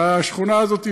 והשכונה הזאת,